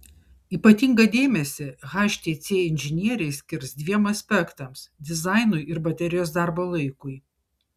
ypatingą dėmesį htc inžinieriai skirs dviem aspektams dizainui ir baterijos darbo laikui